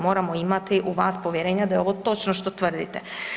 Moramo imati u vas povjerenja da je ovo točno što tvrdite.